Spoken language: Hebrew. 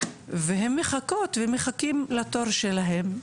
והם מחכות ומחכים לתור שלהם,